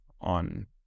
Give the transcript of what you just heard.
on